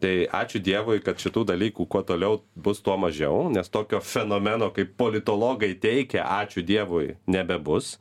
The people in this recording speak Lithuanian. tai ačiū dievui kad šitų dalykų kuo toliau bus tuo mažiau nes tokio fenomeno kaip politologai teigia ačiū dievui nebebus